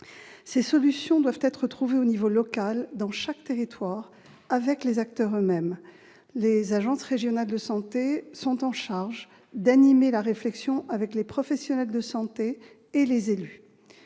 Ces solutions doivent être trouvées au niveau local, dans chaque territoire, avec les acteurs eux-mêmes. Les agences régionales de santé sont chargées d'animer la réflexion avec les professionnels de santé et les élus.